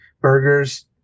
burgers